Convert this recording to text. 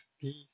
peace